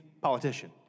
politician